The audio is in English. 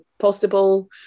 possible